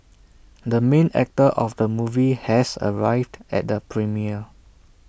the main actor of the movie has arrived at the premiere